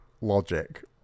logic